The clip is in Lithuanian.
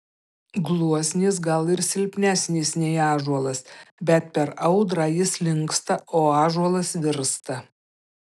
gluosnis gal ir silpnesnis nei ąžuolas bet per audrą jis linksta o ąžuolas virsta